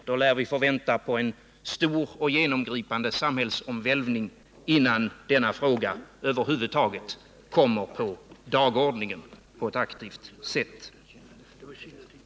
Då lär vi få vänta på en stor och genomgripande samhällsomvälvning innan denna fråga över huvud taget kommer på dagordningen på ett aktivt sätt.